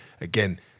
Again